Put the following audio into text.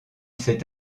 s’est